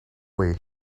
way